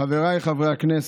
חבריי חברי הכנסת,